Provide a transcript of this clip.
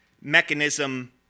mechanism